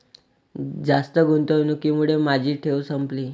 जास्त गुंतवणुकीमुळे माझी ठेव संपली